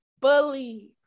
believe